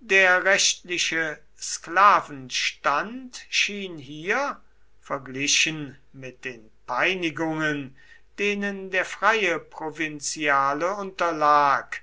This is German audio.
der rechtliche sklavenstand schien hier verglichen mit den peinigungen denen der freie provinziale unterlag